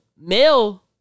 male